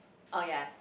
oh ya